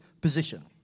position